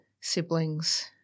siblings –